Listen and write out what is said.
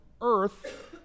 earth